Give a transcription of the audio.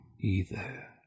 either